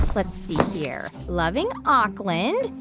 let's see here. loving auckland.